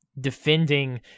defending